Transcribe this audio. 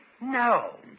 No